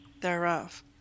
thereof